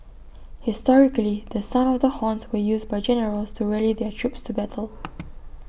historically the sound of the horns were used by generals to rally their troops to battle